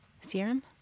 serum